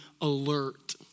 alert